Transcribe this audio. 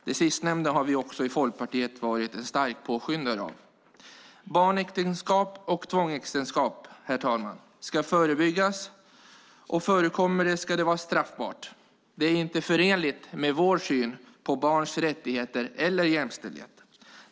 Det sistnämnda har vi i Folkpartiet varit starka påskyndare av. Herr talman! Barnäktenskap och tvångsäktenskap ska förebyggas, och förekommer de ska det vara straffbart. Det är inte förenligt med vår syn på barns rättigheter eller jämställdhet.